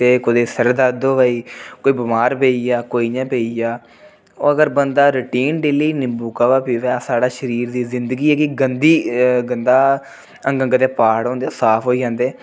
ते कुदै सर दर्द होऐ दी कोई बमार पेई गेआ कोई इं'यां पेई गेआ अगर बंदा रूटीन डेली नींबू काह्वा पिवै साढ़ा शरीर दी ज़िंदगी ऐ कि गंदी गंदा अंग अंग दे पार्ट हुंदे ते साफ़ होई जन्दे